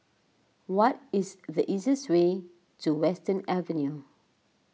what is the easiest way to Western Avenue